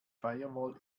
firewall